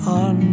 on